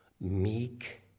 meek